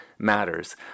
Matters